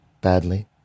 Badly